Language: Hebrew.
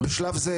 בשלב זה,